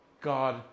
God